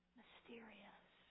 mysterious